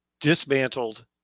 dismantled